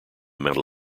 medal